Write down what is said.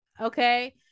okay